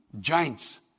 giants